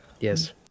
Yes